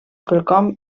quelcom